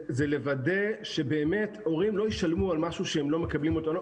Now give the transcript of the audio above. היא לוודא שבאמת הורים לא ישלמו על משהו שהם לא מקבלים אותו.